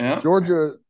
Georgia